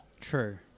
True